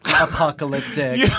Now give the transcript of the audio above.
apocalyptic